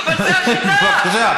זו השיטה.